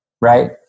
Right